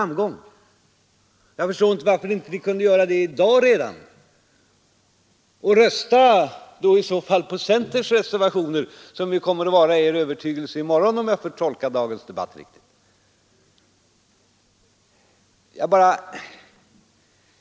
Men jag förstår inte varför ni inte kunde göra det redan i dag och i så fall rösta på centerns reservationer, som ju kommer att vara er övertygelse i morgon — om jag rätt har tolkat dagens debatt.